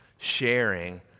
sharing